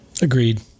agreed